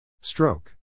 Stroke